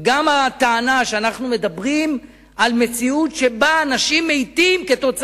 גם הטענה שאנחנו מדברים על מציאות שבה אנשים מתים בגלל